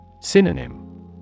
Synonym